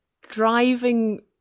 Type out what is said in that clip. driving